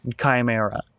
chimera